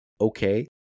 okay